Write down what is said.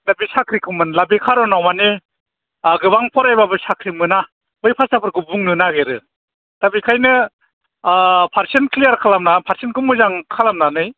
दा बे साख्रिखौ मोनला बे कारनाव माने गोबां फरायबाबो साख्रि मोना बै भाषाफोरखौ बुंनो नागिरो दा बेखायनो पारसेन क्लियार खालामना पारसेनखौ मोजां खालामनानै